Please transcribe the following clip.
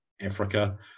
Africa